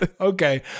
Okay